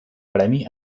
premi